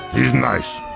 is nice.